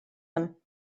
them